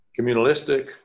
communalistic